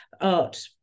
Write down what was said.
art